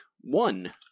One